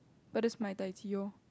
but that's my taiji loh